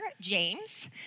James